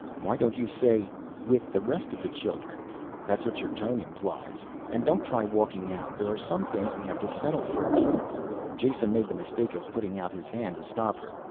why don't you say with the rest of the children' that's what your tone implies? and don't try walking out, there are some things we have to settle first jason made the mistake of putting out his hand to stop her.